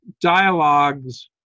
dialogues